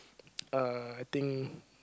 uh I think